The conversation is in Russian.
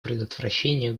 предотвращения